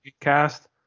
cast